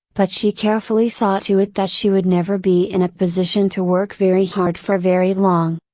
but she carefully saw to it that she would never be in a position to work very hard for very long.